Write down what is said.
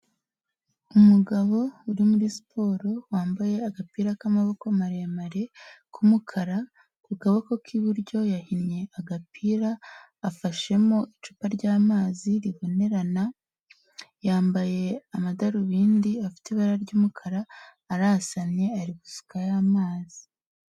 Umugabo uri muri siporo wambaye agapira k'amaboko maremare k'umukara ku gaboko k'iburyo yahinnye agapira, afashemo icupa ry'amazi ribonerana, yambaye amadarubindi afite ibara ry'umukara arasamye ari gusukayo amazi.